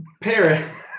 Paris